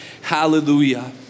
hallelujah